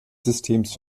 systems